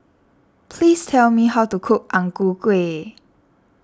please tell me how to cook Ang Ku Kueh